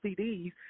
CDs